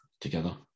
together